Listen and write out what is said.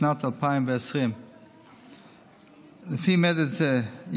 לשנת 2020. לפי מדד זה,